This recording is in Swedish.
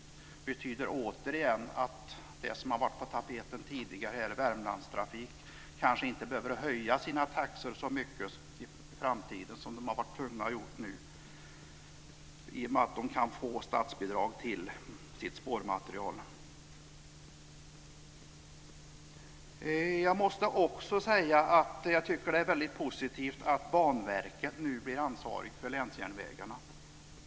Det betyder återigen att Värmlandstrafik, som varit på tapeten här tidigare, kanske inte behöver höja sina taxor så mycket i framtiden som man hittills varit tvungen att göra, i och med man kan få statsbidrag till sitt spårmaterial. Jag tycker också att det är väldigt positivt att Banverket nu blir ansvarigt för länsjärnvägarna.